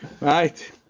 right